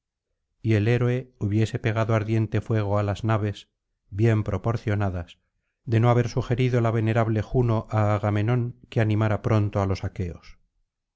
y el héroe hubiese pegado ardiente fuego á las naves bien proporcionadas de no haber sugerido la venerable juno á agamenón que animara pronto á los aqueos